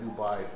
Dubai